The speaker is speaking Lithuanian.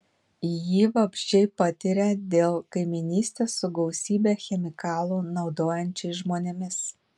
jį vabzdžiai patiria dėl kaimynystės su gausybę chemikalų naudojančiais žmonėmis